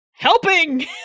helping